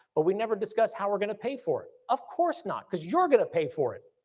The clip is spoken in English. but we never discuss how we're gonna pay for it. of course not, cause you're gonna pay for it.